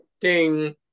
Ding